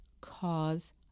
cause